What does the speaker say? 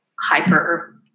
hyper